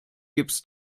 gips